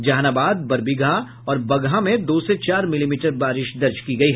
जहानाबाद बरबीघा और बगहा में दो से चार मिलीमीटर बारिश दर्ज की गयी